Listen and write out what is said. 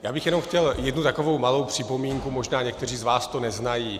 Já bych jenom chtěl jednu takovou malou připomínku, možná někteří z vás to neznají.